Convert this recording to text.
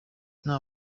inama